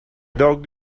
dog